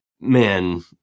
man